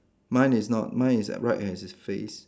mine is not mine is right at his face